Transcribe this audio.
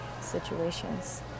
situations